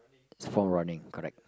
it's for running correct